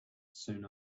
soon